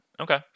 okay